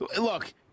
look